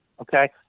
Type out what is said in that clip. Okay